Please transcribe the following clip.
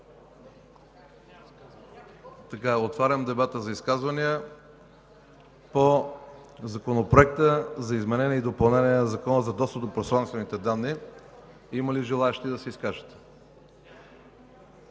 Откривам дебата за изказвания по Законопроекта за изменение и допълнение на Закона за достъп до пространствени данни. Има ли желаещи да се изкажат?